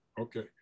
okay